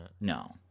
No